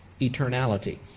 eternality